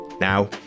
Now